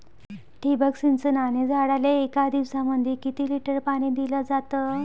ठिबक सिंचनानं झाडाले एक दिवसामंदी किती लिटर पाणी दिलं जातं?